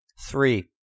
Three